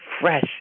fresh